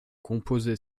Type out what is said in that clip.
composé